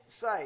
say